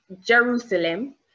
jerusalem